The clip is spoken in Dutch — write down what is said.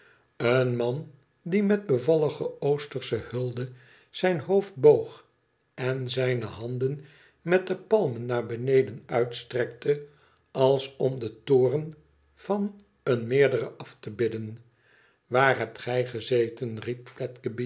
een man die met bevallige oostersche hulde zijn hoofd boog en zijne handen met de palmen naar beneden uitstrekte als om den toom van een meerdere af te bidden waar hebt gij gezeten riep